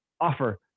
offer